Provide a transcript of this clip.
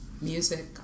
music